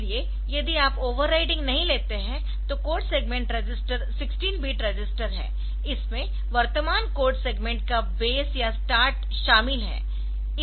इसलिए यदि आप ओवरराइडिंग नहीं लेते है तो code segment register 16 bit register है इसमें वर्तमान कोड सेगमेंट का बेस या स्टार्ट शामिल है